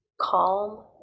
calm